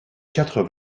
quatre